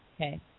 Okay